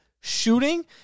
shooting